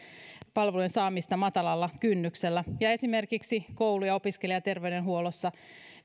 saamista matalalla kynnyksellä esimerkiksi koulu ja opiskelijaterveydenhuollossa